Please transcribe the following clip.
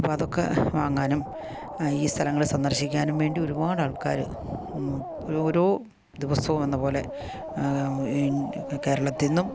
അപ്പോൾ അതൊക്കെ വാങ്ങാനും ഈ സ്ഥലങ്ങൾ സന്ദർശിക്കാനും വേണ്ടി ഒരുപാട് ആൾക്കാർ ഓരോ ദിവസവും എന്നപോലെ ഇൻ കേരളത്തിൽ നിന്നും